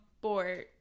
bored